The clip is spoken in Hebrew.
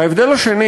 ההבדל השני